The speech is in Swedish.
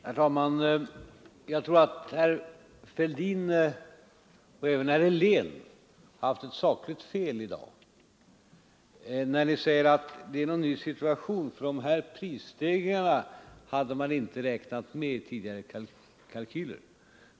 Herr talman! Jag tror att herr Fälldin och även herr Helén har gjort ett sakligt fel i dag. Ni säger att det är en ny situation, för de här prisstegringarna hade man inte räknat med i tidigare kalkyler.